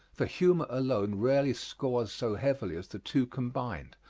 for humor alone rarely scores so heavily as the two combined,